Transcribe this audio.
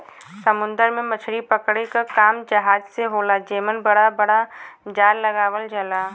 समुंदर में मछरी पकड़े क काम जहाज से होला जेमन बड़ा बड़ा जाल लगावल जाला